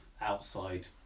outside